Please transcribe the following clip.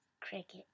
Cricket